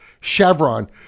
Chevron